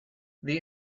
the